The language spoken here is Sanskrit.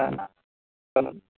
तथा न